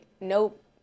nope